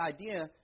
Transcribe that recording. idea